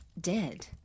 dead